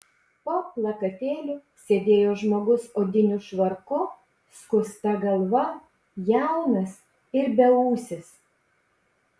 po plakatėliu sėdėjo žmogus odiniu švarku skusta galva jaunas ir beūsis